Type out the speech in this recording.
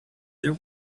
there